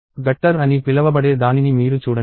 gutter అని పిలవబడే దానిని మీరు చూడండి